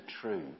true